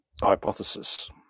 hypothesis